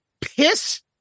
Piss